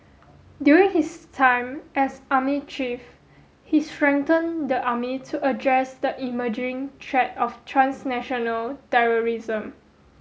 during his time as army chief he strengthened the army to address the emerging threat of transnational terrorism